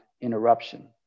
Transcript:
interruption